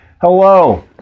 Hello